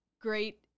great